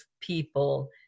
people